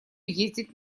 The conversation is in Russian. ездить